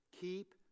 Keep